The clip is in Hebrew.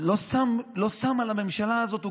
שם על הממשלה הזאת.